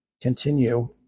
continue